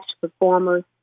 performers